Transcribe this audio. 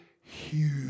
huge